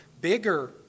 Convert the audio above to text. bigger